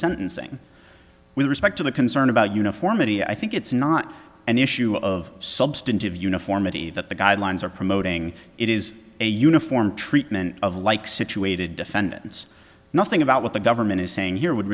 sentencing with respect to the concern about uniformity i think it's not an issue of substantive uniformity that the guidelines are promoting it is a uniform treatment of like situated defendants nothing about what the government is saying here would